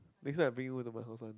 next time I bring you to my house one